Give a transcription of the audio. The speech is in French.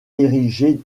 érigée